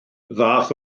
ddaeth